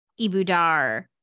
Ibudar